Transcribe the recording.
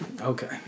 Okay